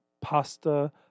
pasta